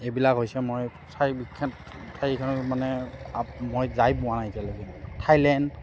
এইবিলাক হৈছে মই ঠাই বিখ্যাত ঠাইখন মানে আপ মই যাই পোৱা নাই এতিয়ালৈকে থাইলেণ্ড